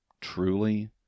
truly